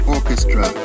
Orchestra